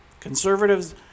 Conservatives